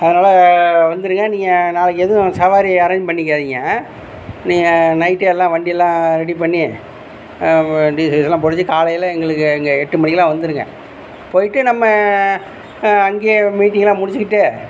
அதனால் வந்துடுங்க நீங்கள் நாளைக்கு எதுவும் சவாரி அரேஞ்ச் பண்ணிக்காதிங்க நீங்கள் நைட் எல்லாம் வண்டி எல்லாம் ரெடி பண்ணி டீசல் கீசல்லா காலையில் எங்களுக்கு இங்கே எட்டு மணிக்குலாம் வந்துடுங்க போயிட்டு நம்ம அங்கேயே மீட்டிங்கெலாம் முடித்துக்கிட்டு